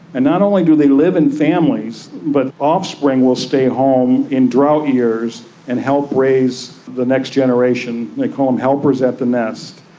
and not only do they live in families but offspring will stay home in drought years and help raise the next generation, they call them helpers at the nest,